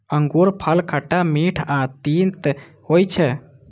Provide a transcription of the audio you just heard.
अंगूरफल खट्टा, मीठ आ तीत होइ छै